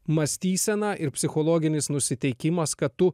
mąstysena ir psichologinis nusiteikimas kad tu